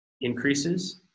increases